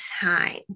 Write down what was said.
time